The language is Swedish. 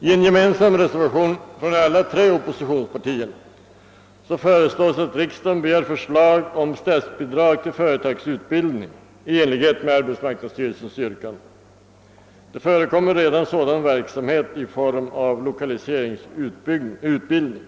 I en gemensam reservation från alla tre oppositionspartierna föreslås att riksdagen begär förslag om statsbidrag till företagsutbildning i enlighet med arbetsmarknadsstyrelsens petitayrkanden. Sådan verksamhet förekommer redan i form av lokaliseringsutbildning.